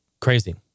Crazy